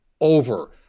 over